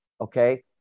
Okay